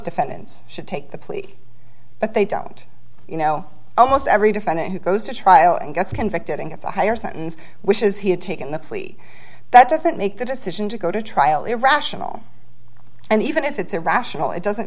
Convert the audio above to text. defendants should take the plea but they don't you know almost every defendant who goes to trial and gets convicted and gets a higher sentence wishes he had taken the plea that doesn't make the decision to go to trial irrational and even if it's irrational it doesn't